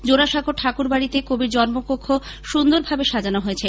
জোড়াসাঁকোর ঠাকুর বাড়িতে কবির জন্ম কক্ষ সুন্দরভাবে সাজানো হয়েছে